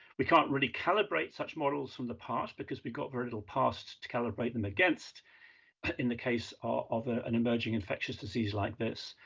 we can't really calibrate such models from the past because we've got very little past to calibrate them against in the case of an emerging infectious disease like this.